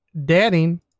dadding